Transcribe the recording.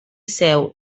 seu